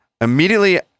immediately